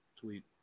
tweet